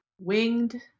winged